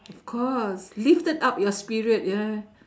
of course lifted up your spirit yeah